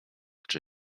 czy